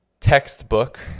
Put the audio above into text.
textbook